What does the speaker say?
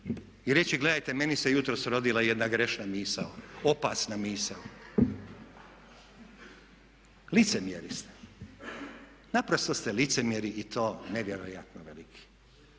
i reći gledajte meni se jutros rodila jedna grešna misao, opasna misao. Licemjeri ste, naprosto ste licemjeri i to nevjerojatno veliki